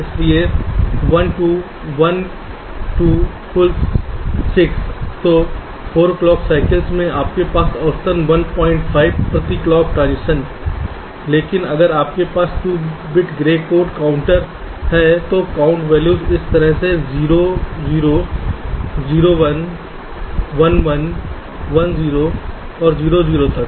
इसलिए 1 2 1 2 कुल 6 तो 4 क्लॉक साइकल्स में आपके पास औसतन 15 प्रति क्लॉक ट्रांजिशन लेकिन अगर आपके पास 2 बिट ग्रे कोड काउंटर है तो काउंट वैल्यूज इस तरह से जाएंगे 0 0 0 1 1 1 और 1 0 से 0 0 तक